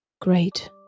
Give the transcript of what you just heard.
great